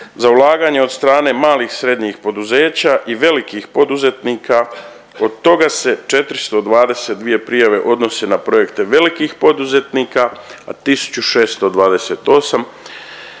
za ulaganja od strane malih i srednji poduzeća i velikih poduzetnika, od toga se 422 prijave odnose na projekte velikih poduzetnika, a 1628 prijava